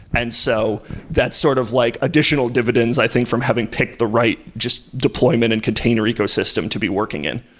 and so that's sort of like additional dividends i think from having picked the right just deployment and container ecosystem to be working in.